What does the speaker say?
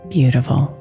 Beautiful